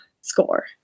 score